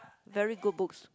very good books